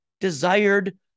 desired